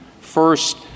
First